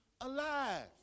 alive